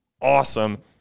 awesome